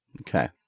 okay